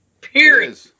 period